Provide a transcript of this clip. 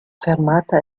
fermata